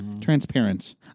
transparency